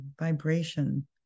vibration